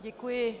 Děkuji.